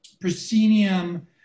proscenium